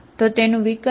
તો તેનું વિકલન શું છે